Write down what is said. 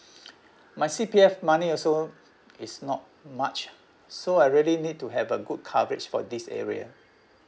my C_P_F money also is not much so I really need to have a good coverage for this area